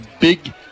big